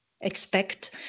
Expect